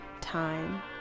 time